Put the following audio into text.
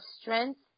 strength